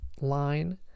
line